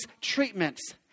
treatments